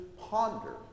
ponder